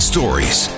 stories